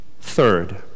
third